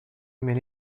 aimait